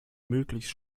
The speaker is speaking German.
möglichst